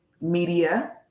media